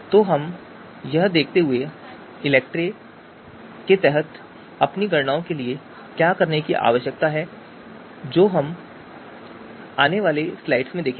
तो यह देखते हुए कि हमें ELECTRE के तहत अपनी गणनाओं के लिए क्या करने की आवश्यकता है जो हम आने वाली स्लाइड्स में देखेंगे